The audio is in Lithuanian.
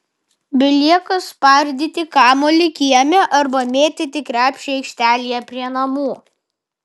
belieka spardyti kamuolį kieme arba mėtyti į krepšį aikštelėje prie namų